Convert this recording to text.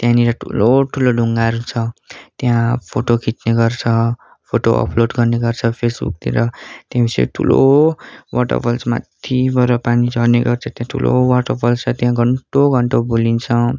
त्यहाँनिर ठुलोठुलो ढुङ्गाहरू छ त्यहाँ फोटो खिच्ने गर्छ फोटो अपलोड गर्ने गर्छ फेसबुकतिर त्ययपछि ठुलो वाटर फल्स माथिबाट पानी झर्ने गर्छ त्यहाँ ठुलो वाटर फल्स छ त्यहाँ घन्टौँ घन्टौँ भुलिन्छौँ